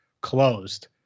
closed